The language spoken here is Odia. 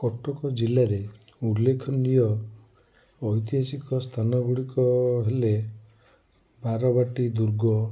କଟକ ଜିଲ୍ଲାରେ ଉଲ୍ଲେଖନୀୟ ଐତିହାସିକ ସ୍ଥାନ ଗୁଡ଼ିକ ହେଲେ ବାରବାଟୀ ଦୁର୍ଗ